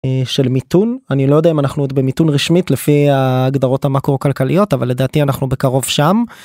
של מיתון אני לא יודע אם אנחנו עוד במיתון רשמית לפי ההגדרות המקרו-כלכליות אבל לדעתי אנחנו בקרוב שם.